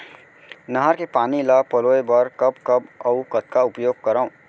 नहर के पानी ल पलोय बर कब कब अऊ कतका उपयोग करंव?